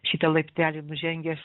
šitą laiptelį nužengęs